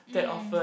um